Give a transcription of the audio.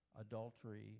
adultery